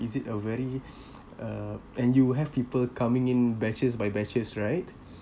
is it a very uh and you have people coming in batches by batches right